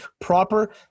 proper